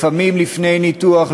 לפעמים לפני ניתוח,